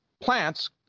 plants